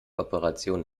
operationen